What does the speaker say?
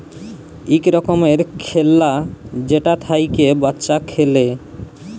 ইক রকমের খেল্লা যেটা থ্যাইকে বাচ্চা খেলে